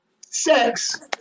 sex